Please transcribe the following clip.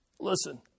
Listen